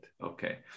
Okay